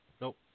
Nope